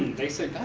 they said